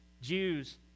Jews